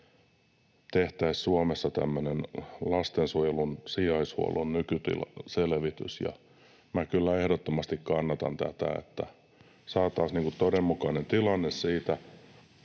tehtäisiin Suomessa lastensuojelun sijaishuollon nykytilan selvitys, ja minä kyllä ehdottomasti kannatan tätä. Saataisiin todenmukainen kuva siitä